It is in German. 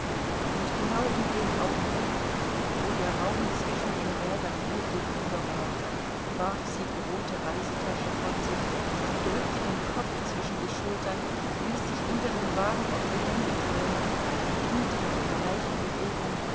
und genau in dem augenblick wo der raum zwischen den rädern ihr gegenüber war warf sie die rote reisetasche von sich drückte den kopf zwischen die schultern ließ sich unter den wagen auf die hände fallen und kniete mit einer leichten bewegung